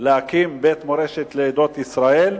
להקים בית מורשת לעדות ישראל,